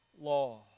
law